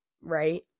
right